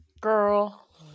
Girl